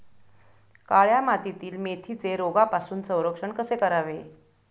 काळ्या मातीतील मेथीचे रोगापासून संरक्षण कसे करावे?